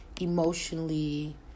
Emotionally